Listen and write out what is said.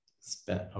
spent